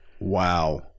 Wow